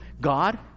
God